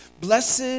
Blessed